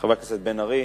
חבר הכנסת מיכאל בן-ארי,